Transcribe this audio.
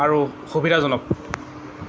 আৰু সুবিধাজনক